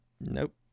Nope